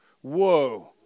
Whoa